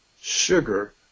sugar